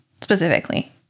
specifically